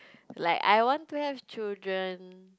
like I want to have children